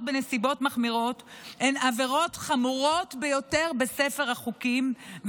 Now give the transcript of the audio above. בנסיבות מחמירות הן העבירות החמורות ביותר בספר החוקים,